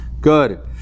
Good